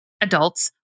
adults